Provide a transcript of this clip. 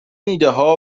ایدهها